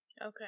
Okay